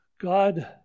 God